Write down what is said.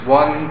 one